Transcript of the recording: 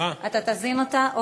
אתה תזין אותה?